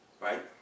Right